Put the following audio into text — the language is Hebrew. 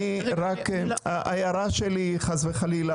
ההערה שלי חלילה,